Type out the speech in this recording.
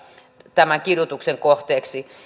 tämän kidutuksen kohteeksi